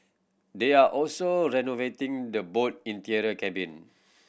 they are also renovating the boat interior cabin